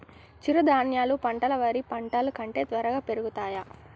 చిరుధాన్యాలు పంటలు వరి పంటలు కంటే త్వరగా పెరుగుతయా?